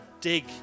dig